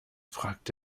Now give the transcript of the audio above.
fragt